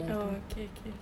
oh okay okay